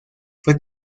fue